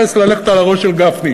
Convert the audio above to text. ללכת על הראש של גפני,